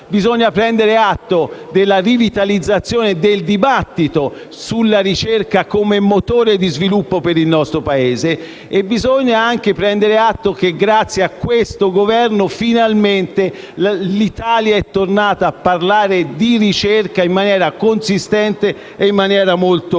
Bisogna prendere atto della rivitalizzazione del dibattito sulla ricerca come motore di sviluppo per il nostro Paese; bisogna anche prendere atto che grazie a questo Governo finalmente l'Italia è tornata a parlare di ricerca in maniera consistente e molto concreta.